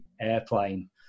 Airplane